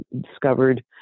discovered